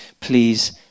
please